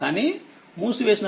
కానీమూసివేసిన తర్వాత అది 2